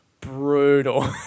brutal